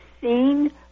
seen